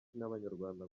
n’abanyarwanda